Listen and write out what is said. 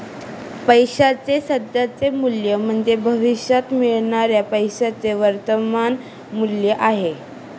पैशाचे सध्याचे मूल्य म्हणजे भविष्यात मिळणाऱ्या पैशाचे वर्तमान मूल्य आहे